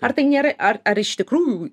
ar tai nėra ar ar iš tikrųjų